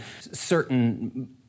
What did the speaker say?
certain